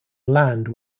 land